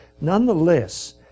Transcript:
Nonetheless